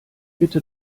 bitte